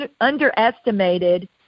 underestimated